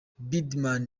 birdman